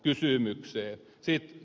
sitten ed